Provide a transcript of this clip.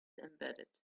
embedded